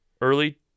early